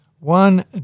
One